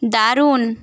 দারুণ